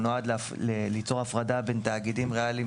נועד ליצור הפרדה בין תאגידים ריאליים